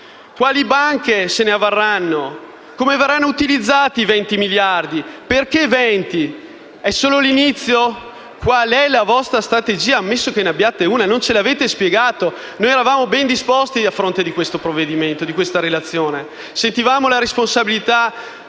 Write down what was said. Quali banche se ne avvarranno? Come verranno utilizzati i 20 miliardi? Perché 20? È solo l'inizio? Qual è la vostra strategia, ammesso che ne abbiate una? Non ce lo avete spiegato. Eravamo ben disposti di fronte questa relazione, sentivamo la responsabilità